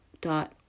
dot